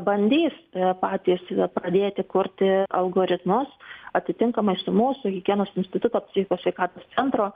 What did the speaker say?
bandys patys pradėti kurti algoritmus atitinkamai su mūsų higienos instituto psichikos sveikatos centro